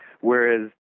Whereas